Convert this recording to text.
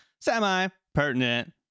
Semi-Pertinent